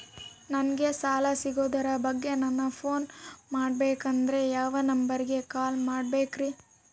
ನಂಗೆ ಸಾಲ ಸಿಗೋದರ ಬಗ್ಗೆ ನನ್ನ ಪೋನ್ ಮಾಡಬೇಕಂದರೆ ಯಾವ ನಂಬರಿಗೆ ಕಾಲ್ ಮಾಡಬೇಕ್ರಿ?